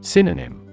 Synonym